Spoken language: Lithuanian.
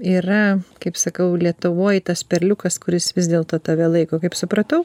yra kaip sakau lietuvoj tas perliukas kuris vis dėlto tave laiko kaip supratau